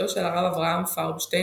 בתו של הרב אברהם פרבשטין,